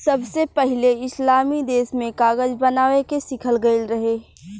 सबसे पहिले इस्लामी देश में कागज बनावे के सिखल गईल रहे